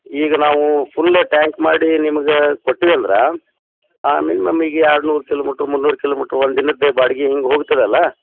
ಈಗ ನಾವು full tank ಮಾಡಿ ನಿಮ್ಗೆ ಕೊಟ್ವಿ ಅಂದ್ರೆ ಆಮೇಲೆ ನಮಗೆ ಎರಡುನೂರು ಕಿಲೋಮೀಟ್ರು ಮುನ್ನೂರು ಕಿಲೋಮೀಟ್ರು ಒಂದು ದಿನದ ಬಾಡ್ಗೆ ಹಿಂಗೆ ಹೋಗ್ತದಲ್ಲ